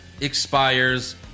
Expires